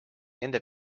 nende